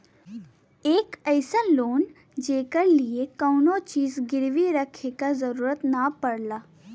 एक अइसन लोन जेकरे लिए कउनो चीज गिरवी रखे क जरुरत न पड़ला